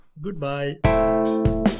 Goodbye